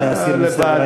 להסיר מסדר-היום?